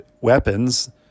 weapons